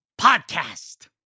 Podcast